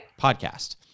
podcast